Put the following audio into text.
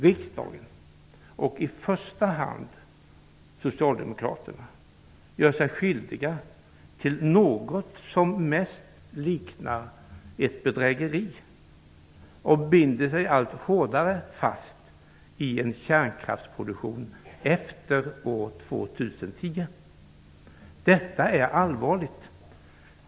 Riksdagen och i första hand Socialdemokraterna gör sig skyldiga till något som mest liknar ett bedrägeri och binder sig allt hårdare fast vid en kärnkraftsproduktion efter år 2010. Detta är allvarligt.